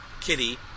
kitty